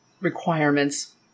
requirements